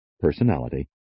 personality